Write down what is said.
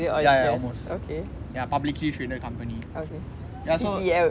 ya ya ya almost ya publicly famous company ya so